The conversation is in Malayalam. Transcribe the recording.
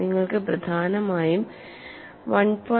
നിങ്ങൾക്ക് പ്രധാനമായും 1